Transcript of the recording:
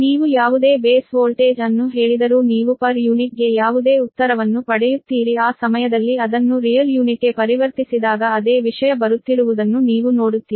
ನೀವು ಯಾವುದೇ base voltage ಅನ್ನು ಹೇಳಿದರೂ ನೀವು ಪರ್ ಯೂನಿಟ್ ಗೆ ಯಾವುದೇ ಉತ್ತರವನ್ನು ಪಡೆಯುತ್ತೀರಿ ಆ ಸಮಯದಲ್ಲಿ ಅದನ್ನು ರಿಯಲ್ ಯೂನಿಟ್ಗೆ ಪರಿವರ್ತಿಸಿದಾಗ ಅದೇ ವಿಷಯ ಬರುತ್ತಿರುವುದನ್ನು ನೀವು ನೋಡುತ್ತೀರಿ